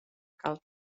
cal